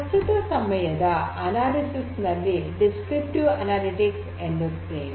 ಪ್ರಸ್ತುತ ಸಮಯದ ಅನಾಲಿಸಿಸ್ ಅನ್ನು ವಿವರಣಾತ್ಮಕ ಅನಲಿಟಿಕ್ಸ್ ಎನ್ನುತ್ತೇವೆ